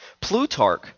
Plutarch